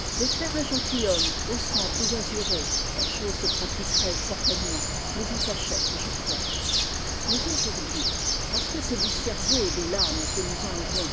de faire un gentilhomme au sang plus azuré la chose se pratiquerait certaine ment mais en cachette je crois mais aujourd'hui t parce que c'est du cerveau et de l'âme que nous enlevons